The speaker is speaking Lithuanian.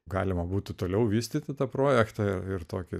galima būtų toliau vystyti tą projektą ir tokią